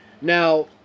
Now